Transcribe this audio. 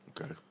Okay